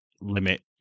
limit